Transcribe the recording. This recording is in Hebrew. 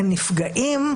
אין נפגעים.